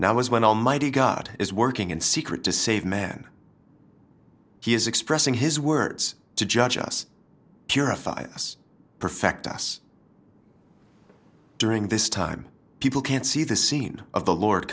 now is when almighty god is working in secret to save men he is expressing his words to judge us purify us perfect us during this time people can see the scene of the lord